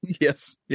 yes